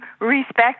respect